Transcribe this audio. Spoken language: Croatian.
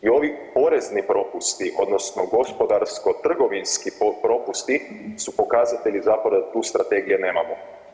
I ovi porezni propusti odnosno gospodarsko trgovinski propusti su pokazatelji zapravo da tu strategije nemamo.